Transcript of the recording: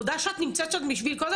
תודה שאת נמצאת שם בשביל כל,